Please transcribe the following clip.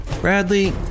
Bradley